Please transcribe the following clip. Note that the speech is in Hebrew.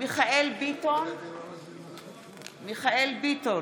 מיכאל מרדכי ביטון,